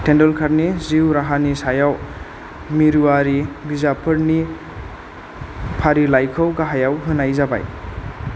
टेन्दुलकारनि जिउ राहानि सायाव मिरुवारि बिजाबफोरनि फारिलाइखौ गाहायाव होनाय जाबाय